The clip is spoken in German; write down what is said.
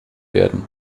werden